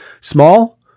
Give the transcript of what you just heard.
small